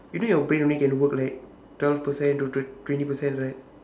you know your brain only can work like twelve percent to twen~ twenty percent right